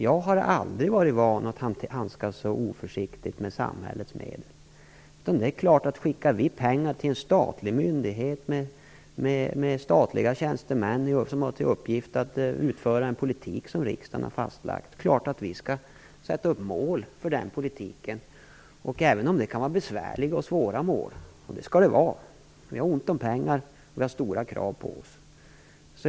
Jag har aldrig varit van vid att få handskas så oförsiktigt med samhällets medel. Skickar vi pengar till en statlig myndighet där tjänstemän har i uppgift att utföra en politik som riksdagen fastlagt, är det klart att vi skall sätta upp mål för den politiken även om det kan vara besvärliga och svåra mål. Men så skall det vara - vi har ju ont om pengar och dessutom är det stora krav på oss.